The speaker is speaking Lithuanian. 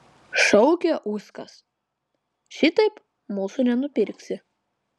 šaukė uskas šitaip mūsų nenupirksi